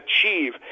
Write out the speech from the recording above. achieve